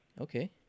Okay